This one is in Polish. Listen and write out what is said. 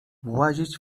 włazić